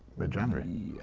mid january,